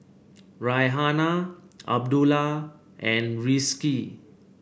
Raihana Abdullah and Rizqi